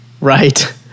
right